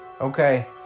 Okay